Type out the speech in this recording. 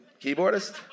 keyboardist